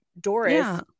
doris